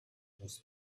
was